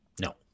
No